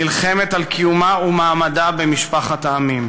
נלחמת על קיומה ומעמדה במשפחת העמים.